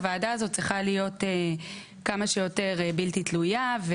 הוועדה הזו צריכה להיות כמה שיותר בלתי תלויה.